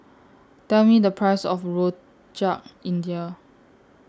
Tell Me The Price of Rojak India